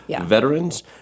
veterans